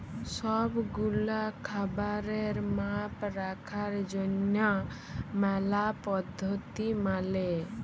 সব গুলা খাবারের মাপ রাখার জনহ ম্যালা পদ্ধতি মালে